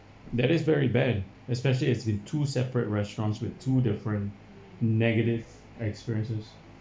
that is very bad especially it's been two separate restaurants with two different negative experiences